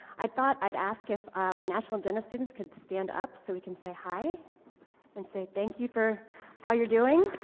i thought i'd ask if um our national agenda students can stand up so we can say hi and say thank you for all you're doing.